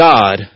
God